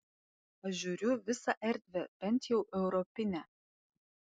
aš žiūriu visą erdvę bent jau europinę